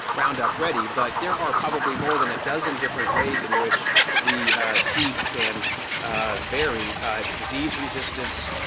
roundup ready, but there are probably more than a dozen different ways in which the seed can vary disease resistance,